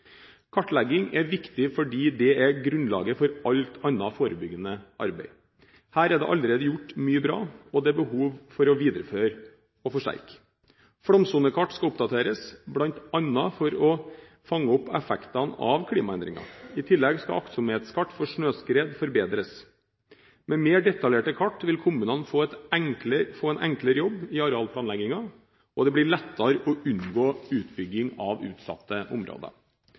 Kartlegging er viktig fordi det er grunnlaget for alt annet forebyggende arbeid. Her er det allerede gjort mye bra, og det er behov for å videreføre og forsterke dette. Flomsonekart skal oppdateres, bl.a. for å fange opp effekter av klimaendringer. I tillegg skal aktsomhetskart for snøskred forbedres. Med mer detaljerte kart vil kommunene få en enklere jobb i arealplanleggingen, og det blir lettere å unngå bygging i utsatte områder.